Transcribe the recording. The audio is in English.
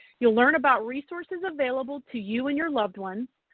you'll learn about resources available to you and your loved ones,